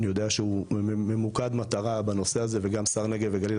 אני יודע שהוא ממוקד מטרה בנושא הזה וגם שר הנגב והגליל,